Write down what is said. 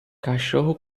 cachorro